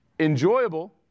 enjoyable